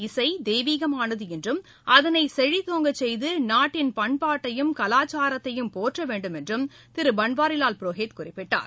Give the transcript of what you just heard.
இசை தெய்வீகமானது என்றும் அதனை செழித்தோங்க செய்து நாட்டின் பண்பாட்டையும் கலாச்சாரத்தையும் போற்ற வேண்டும் என்றும் திரு பன்வாரிலார் புரோஹித் குறிப்பிட்டார்